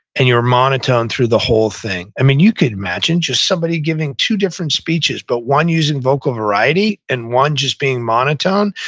and you're monotone through the whole thing and you can imagine, just somebody giving two different speeches, but one using vocal variety, and one just being monotone,